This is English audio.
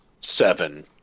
seven